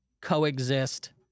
coexist